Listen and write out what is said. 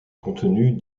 contenus